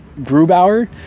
Grubauer